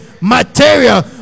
material